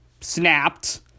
snapped